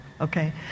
Okay